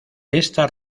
esta